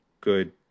good